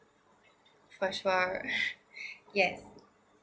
for sure yes